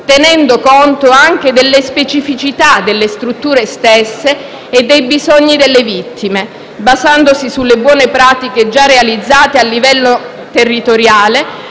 tenendo conto anche delle specificità delle stesse e dei bisogni delle vittime, basandosi sulle buone pratiche già realizzate a livello territoriale,